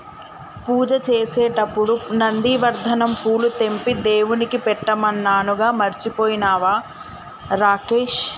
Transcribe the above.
పూజ చేసేటప్పుడు నందివర్ధనం పూలు తెంపి దేవుడికి పెట్టమన్నానుగా మర్చిపోయినవా రాకేష్